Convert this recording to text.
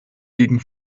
gegen